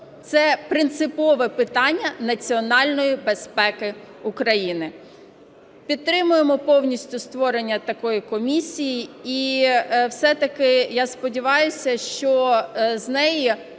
це принципове питання національної безпеки України. Підтримуємо повністю створення такої комісії. І все-таки, я сподіваюся, що з неї